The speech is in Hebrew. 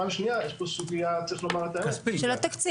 פעם שניה יש פה סוגיה צריך להגיד את האמת- -- של התקציב,